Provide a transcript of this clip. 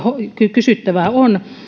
kysyttävää on